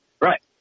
right